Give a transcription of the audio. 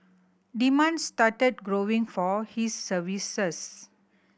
demand started growing for his services